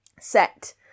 set